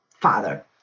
father